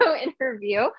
interview